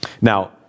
Now